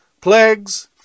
plagues